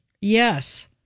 Yes